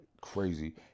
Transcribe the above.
crazy